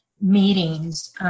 meetings